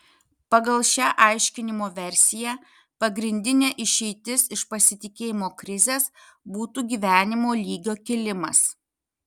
pagal šią aiškinimo versiją pagrindinė išeitis iš pasitikėjimo krizės būtų gyvenimo lygio kilimas